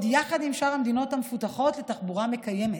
יחד עם שאר המדינות המפותחות לתחבורה מקיימת.